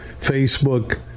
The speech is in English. Facebook